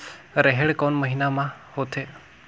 रेहेण कोन महीना म होथे?